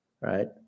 right